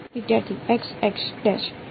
વિદ્યાર્થી